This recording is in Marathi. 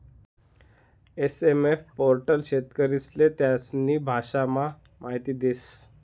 एस.एम.एफ पोर्टल शेतकरीस्ले त्यास्नी भाषामा माहिती देस